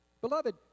Beloved